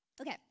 Okay